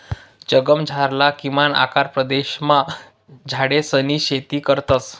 जगमझारला किमान अकरा प्रदेशमा झाडेसनी शेती करतस